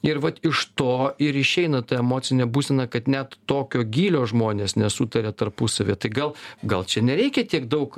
ir vat iš to ir išeina ta emocinė būsena kad net tokio gylio žmonės nesutaria tarpusavyje tai gal gal čia nereikia tiek daug